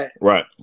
Right